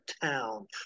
town